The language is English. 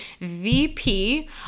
VP